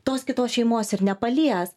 tos kitos šeimos ir nepalies